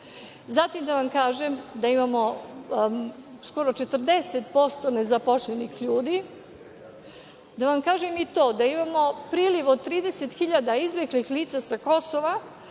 Zatim da vam kažem da imamo skoro 40% nezaposlenih ljudi, da vam kažem i to da imamo priliv od 30.000 izbeglih lica sa Kosova,